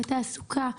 גם התעסוקה,